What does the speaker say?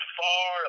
far